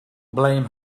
blame